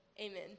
Amen